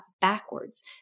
backwards